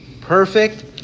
Perfect